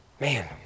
Man